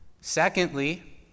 Secondly